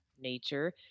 nature